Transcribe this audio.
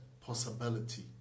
possibility